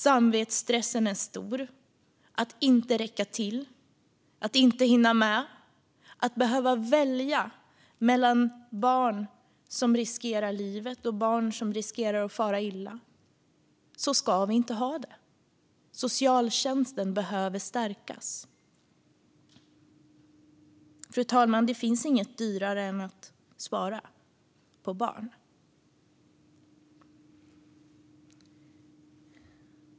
Samvetsstressen är stor över att inte räcka till, att inte hinna med, att behöva välja mellan barn som riskerar livet och barn som riskerar att fara illa. Så ska vi inte ha det. Socialtjänsten behöver stärkas. Fru talman! Det finns inget dyrare än att spara på barn.